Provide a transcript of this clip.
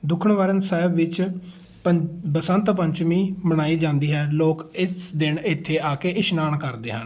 ਦੂਖਨਿਵਾਰਨ ਸਾਹਿਬ ਵਿੱਚ ਪੰ ਬਸੰਤ ਪੰਚਮੀ ਮਨਾਈ ਜਾਂਦੀ ਹੈ ਲੋਕ ਇਸ ਦਿਨ ਇੱਥੇ ਆ ਕੇ ਇਸ਼ਨਾਨ ਕਰਦੇ ਹਨ